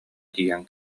тиийэн